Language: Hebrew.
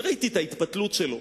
ראיתי את ההתפתלות שלו.